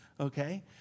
Okay